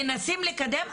מנסים לקדם,